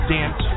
Dance